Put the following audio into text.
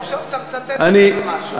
סוף-סוף אתה מצטט אותי במשהו.